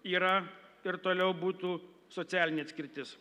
yra ir toliau būtų socialinė atskirtis